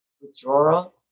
withdrawal